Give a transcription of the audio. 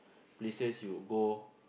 places you go